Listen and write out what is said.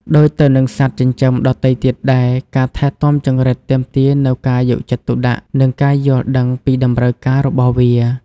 ដូចទៅនឹងសត្វចិញ្ចឹមដទៃទៀតដែរ ការថែទាំចង្រិតទាមទារនូវការយកចិត្តទុកដាក់ និងការយល់ដឹងពីតម្រូវការរបស់វា។